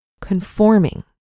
conforming